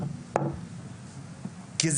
מה כן ומה לא.